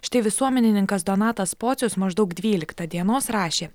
štai visuomenininkas donatas pocius maždaug dvyliktą dienos rašė